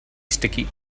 sticky